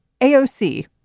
AOC